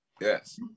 yes